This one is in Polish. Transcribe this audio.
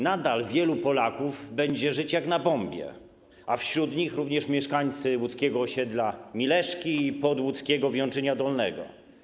Nadal wielu Polaków będzie żyć jak na bombie, a wśród nich również mieszkańcy łódzkiego osiedla Mileszki i podłódzkiego Więczynia Dolnego.